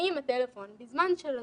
אני עם הטלפון בזמן של הזום,